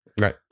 Right